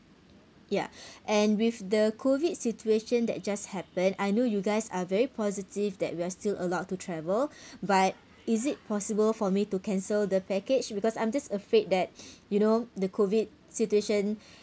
ya and with the COVID situation that just happened I know you guys are very positive that we are still allowed to travel but is it possible for me to cancel the package because I'm just afraid that you know the COVID situation